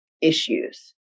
issues